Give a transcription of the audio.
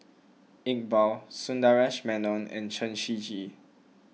Iqbal Sundaresh Menon and Chen Shiji